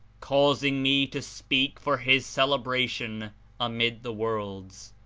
causing me to speak for his celebration amid the worlds.